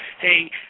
hey